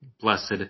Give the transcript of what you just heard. Blessed